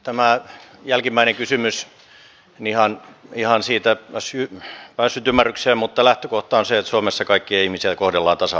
tämä jälkimmäinen kysymys en ihan siitä päässyt ymmärrykseen mutta lähtökohta on se että suomessa kaikkia ihmisiä kohdellaan tasa arvoisesti